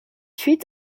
huit